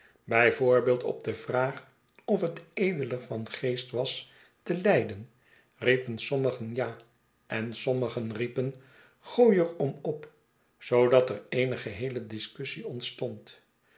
voorbeeld op de vraag of het edeler van geest was telijden riepen sommigen ja en sommigen riepen u gooi er om op i zoodat er eene geheele discussie ontstond